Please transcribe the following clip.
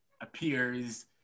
appears